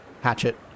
Hatchet